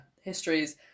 histories